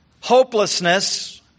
hopelessness